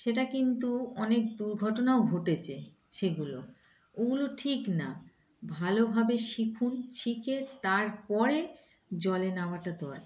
সেটা কিন্তু অনেক দুর্ঘটনাও ঘটেছে সেগুলো ওগুলো ঠিক না ভালোভাবে শিখুন শিখে তারপরে জলে নেওয়াটা দরকার